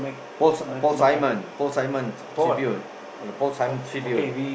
Paul Paul-Simon Paul0Simon Tribute the Paul0Simon Tribute